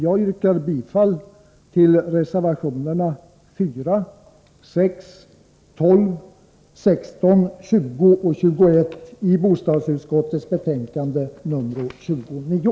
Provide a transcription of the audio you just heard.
Jag yrkar bifall till reservationerna 4, 6, 12, 16, 20 och 21, som är fogade till bostadsutskottets betänkande nr 29.